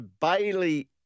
Bailey